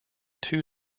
two